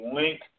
link